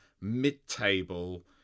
mid-table